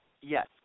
Yes